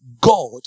God